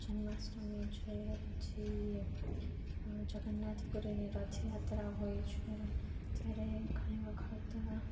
જન્માષ્ટમી છે પછી જગન્નાથપુરીની રથયાત્રા હોય છે ત્યારે ઘણી બધી વખત